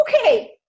Okay